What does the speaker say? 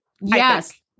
Yes